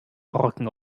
rücken